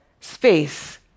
Space